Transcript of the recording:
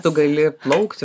tu gali plaukti